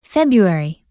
February